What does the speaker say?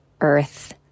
earth